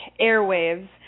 airwaves